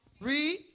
Read